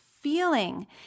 feeling